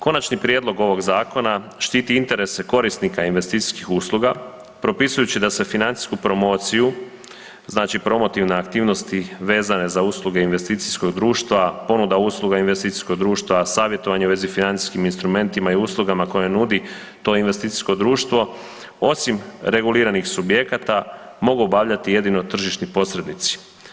Konačni prijedlog ovog Zakona štiti interese korisnika investicijskih usluga propisujući da se financijsku promociju, znači promotivne aktivnosti vezane za usluge investicijskog društva, ponuda usluga investicijskog društva, savjetovanje u vezi financijskim instrumentima i uslugama koje nudi to investicijsko društvo, osim reguliranih subjekata mogu obavljati jedino tržišni posrednici.